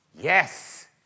yes